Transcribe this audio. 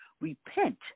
repent